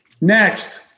next